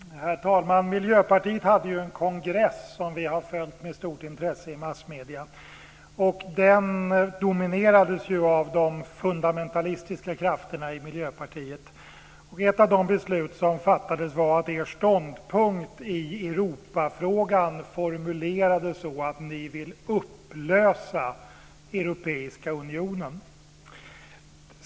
Herr talman! Miljöpartiet hade ju en kongress som vi har följt med stort intresse i massmedierna. Den dominerades av de fundamentalistiska krafterna i Miljöpartiet. Ett av de beslut som fattades var att er ståndpunkt i Europafrågan formulerades så att ni vill upplösa Europeiska unionen.